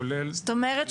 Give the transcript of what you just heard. כולל --- זאת אומרת,